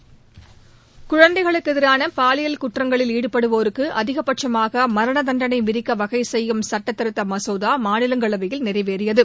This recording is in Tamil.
இனி விரிவான செய்திகள் குழந்தைகளுக்கு எதிரான பாலியல் குற்றங்களில் ஈடுபடுவோருக்கு அதிகபட்சமாக மரணதண்டனை விதிக்க வகை செய்யும் சுட்டத்திருத்த மசோதா மாநிலங்களவையில் நிறைவேறியது